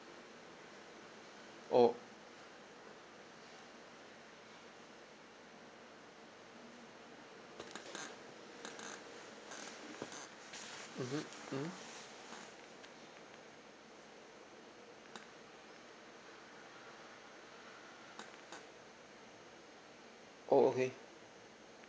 oh mmhmm mmhmm oh okay